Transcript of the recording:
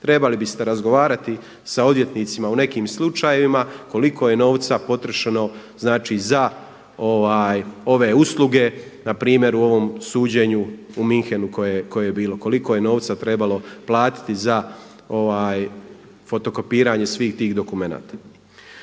Trebali biste razgovarati sa odvjetnicima u nekim slučajevima koliko je novca potrošeno za ove usluge, npr. u ovom suđenju u Münchenu koje je bilo, koliko je novca trebalo platiti za fotokopiranje svih tih dokumenata.